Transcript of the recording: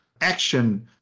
action